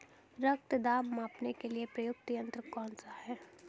रक्त दाब मापने के लिए प्रयुक्त यंत्र कौन सा है?